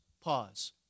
Pause